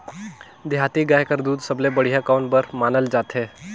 देहाती गाय कर दूध सबले बढ़िया कौन बर मानल जाथे?